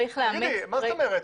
מה זאת אומרת?